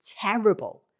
terrible